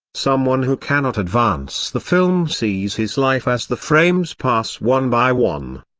someone who cannot advance the film sees his life as the frames pass one by one.